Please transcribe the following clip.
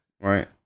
right